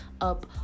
up